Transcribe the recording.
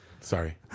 Sorry